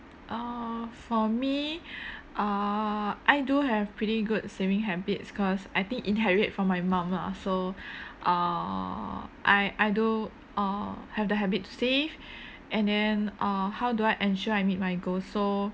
err for me err I do have pretty good saving habits 'cause I think inherit from my mum lah so err I I do uh have the habit to save and then uh how do I ensure I meet my goals so